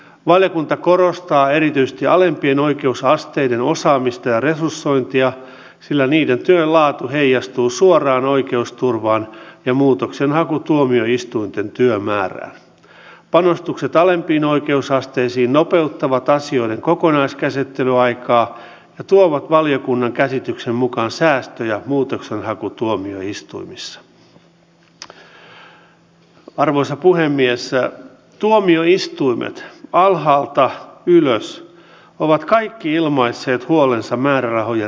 mutta meidän on nyt pystyttävä nopeasti huolehtimaan siitä että ihmiset pääsevät tekemään tätä sähköistä tunnistautumista ja muutoksenhakutuomioistuinten työmäärää panostukset alempiin oikeusasteisiin nopeuttavat asioiden kokonaiskäsittelyaikaa sitten erittäin nopeasti myös huolehtimaan tästä valtuutuksesta jotta toinen ihminen voi tehdä niiden puolesta jotka eivät itse kykene